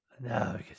No